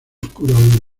oscura